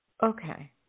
Okay